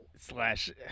Slash